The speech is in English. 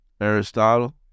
Aristotle